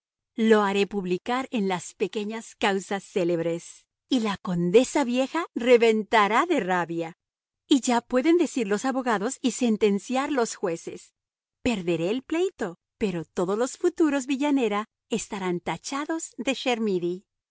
lo haré publicar en las pequeñas causas célebres y la condesa vieja reventará de rabia y ya pueden decir los abogados y sentenciar los jueces perderé el pleito pero todos los futuros villanera estarán tachados de